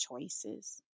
choices